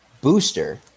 booster